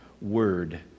word